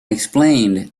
explained